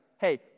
hey